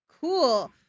Cool